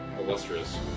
Illustrious